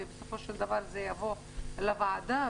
ובסופו של דבר זה יבוא לאישורה של הוועדה,